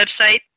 website